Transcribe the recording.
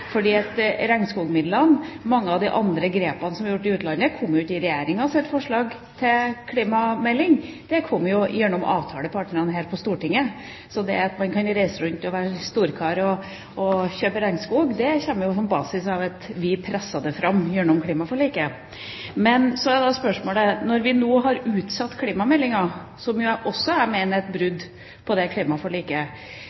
Regnskogmidlene og mange av de andre grepene som er gjort i utlandet, kom ikke i Regjeringas forslag til klimamelding, de kom fra avtalepartnerne her på Stortinget. Så at man kan reise rundt og være storkar og kjøpe regnskog, kommer på basis av at vi presset det fram gjennom klimaforliket. Så til spørsmålet. Vi får nå utsatt klimameldingen, som jeg også mener er et